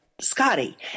Scotty